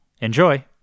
Enjoy